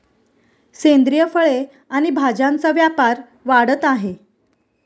सेंद्रिय फळे आणि भाज्यांचा व्यापार वाढत आहे